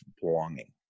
belonging